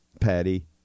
Patty